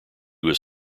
was